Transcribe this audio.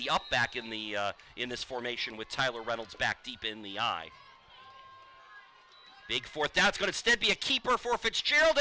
the up back in the in this formation with tyler reynolds back deep in the eye big fourth that's going to still be a keeper for fitzgerald